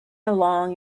along